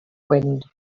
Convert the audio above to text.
wind